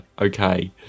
Okay